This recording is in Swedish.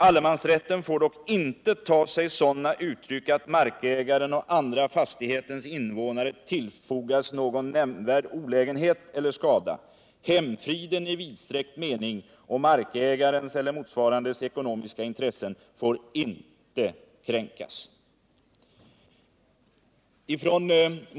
Allemansrätten får dock inte ta sig sådana uttryck att markägaren och andra fastighetens invånare tillfogas någon nämnvärd olägenhet eller skada; hemfriden i vidsträckt mening och markägarens ekonomiska intressen får inte kränkas”, heter det i utskottsbetänkandet.